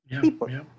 people